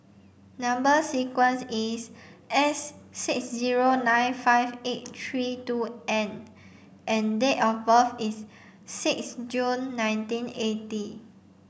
number sequence is S six zero nine five eight three two N and date of birth is six June nineteen eighty